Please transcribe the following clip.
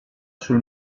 sul